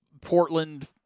Portland